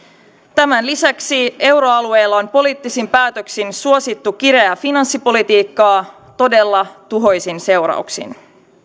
tämän lisäksi euroalueella on poliittisin päätöksin suosittu kireää finanssipolitiikkaa todella tuhoisin seurauksin